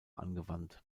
angewandt